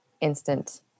instant